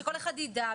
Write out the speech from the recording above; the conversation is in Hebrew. כבר דיברנו.